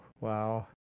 wow